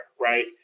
Right